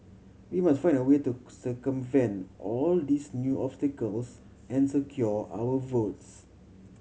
we must find a way to circumvent all these new obstacles and secure our votes